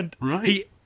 Right